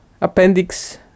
appendix